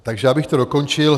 Takže já bych to dokončil.